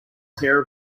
pair